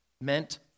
meant